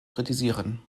kritisieren